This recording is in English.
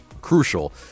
Crucial